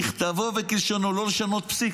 ככתבו וכלשונו, לא לשנות פסיק.